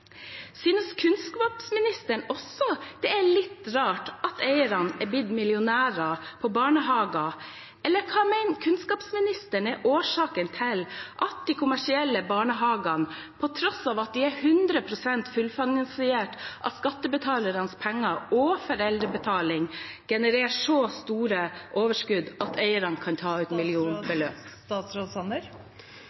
Synes kunnskapsministeren også det er litt rart at eierne er blitt millionærer på barnehager, eller hva mener kunnskapsministeren er årsaken til at de kommersielle barnehagene på tross av at de er 100 pst. fullfinansiert av skattebetalernes penger og foreldrebetaling, genererer så store overskudd at eierne kan ta ut